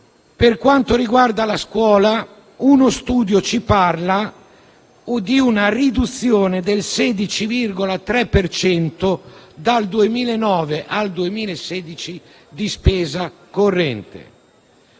Per quanto riguarda la scuola, uno studio ci segnala una riduzione del 16,3 per cento dal 2009 al 2016 di spesa corrente.